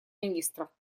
министра